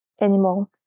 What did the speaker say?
anymore